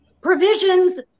provisions